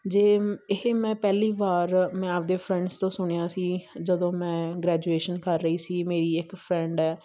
ਜੇ ਇਹ ਮੈਂ ਪਹਿਲੀ ਵਾਰ ਮੈਂ ਆਪਦੇ ਫਰੈਂਡਸ ਤੋਂ ਸੁਣਿਆ ਸੀ ਜਦੋਂ ਮੈਂ ਗ੍ਰੈਜੂਏਸ਼ਨ ਕਰ ਰਹੀ ਸੀ ਮੇਰੀ ਇੱਕ ਫਰੈਂਡ ਹੈ